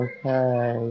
Okay